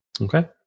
Okay